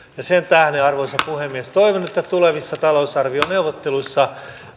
ja sen tähden arvoisa puhemies toivon että tulevissa talousarvioneuvotteluissa